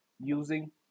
using